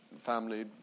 family